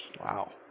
Wow